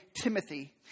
Timothy